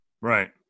Right